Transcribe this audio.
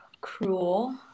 cruel